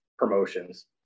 promotions